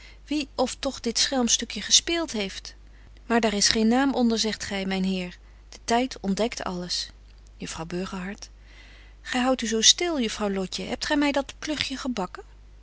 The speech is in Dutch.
wie of toch dit schelmstukje gespeelt heeft maar daar is geen naam onder zegt gy myn heer de tyd ontdekt alles juffrouw burgerhart gy houdt u zo stil juffrouw lotje hebt gy my dat klugtje gebakken